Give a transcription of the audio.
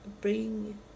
bring